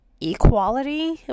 equality